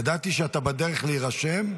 אדוני היושב-ראש.